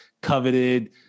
coveted